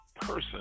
person